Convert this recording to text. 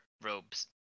robes